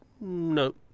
No